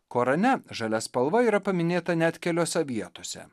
korane žalia spalva yra paminėta net keliose vietose